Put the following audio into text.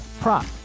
prop